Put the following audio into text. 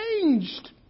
changed